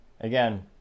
Again